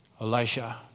Elisha